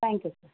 thank you sir